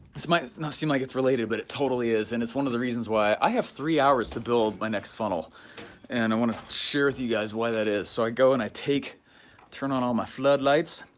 might not seem like it's related but it totally is and it's one of the reasons why i have three hours to build my next funnel and i want to share with you guys why that is, so i go and i take, i turn on all my flood lights,